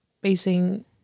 basing